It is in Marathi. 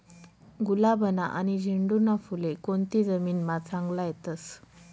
गुलाबना आनी झेंडूना फुले कोनती जमीनमा चांगला येतस?